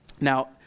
Now